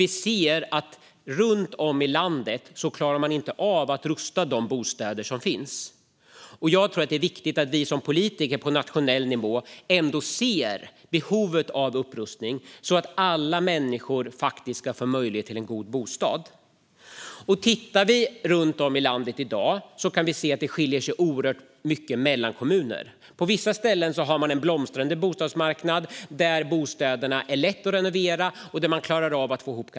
Vi kan se att man runt om i landet inte klarar av att rusta upp de bostäder som finns. Det är viktigt att vi politiker på nationell nivå ändå ser behovet av upprustning så att alla människor får möjlighet till en god bostad. Om vi tittar runt om i landet i dag kan vi se att det skiljer sig oerhört mycket mellan kommuner. På vissa ställen är det en blomstrande bostadsmarknad där bostäder är lätta att renovera och där kalkylerna går ihop.